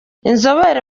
inzobere